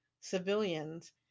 civilians